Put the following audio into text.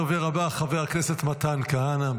הדובר הבא, חבר הכסת מתן כהנא,